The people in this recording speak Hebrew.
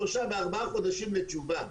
שלושה וארבעה חודשים לתשובה.